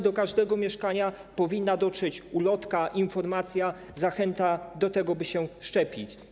Do każdego mieszkania powinna dotrzeć ulotka, informacja, zachęta do tego, by się szczepić.